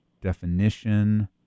Definition